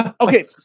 Okay